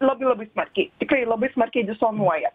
labai labai smarkiai tikrai labai smarkiai disonuoja